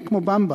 אין כמו 'במבה'